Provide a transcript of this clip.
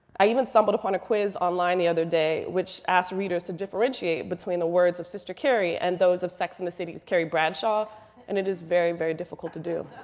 i even stumbled upon a quiz online the other day which asks readers to differentiate between the words of sister carrie and those of sex and the city's carrie bradshaw and it is very, very difficult to do.